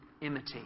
imitate